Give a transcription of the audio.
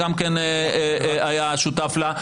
גם כן היה שותף לה.